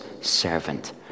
servant